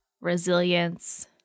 resilience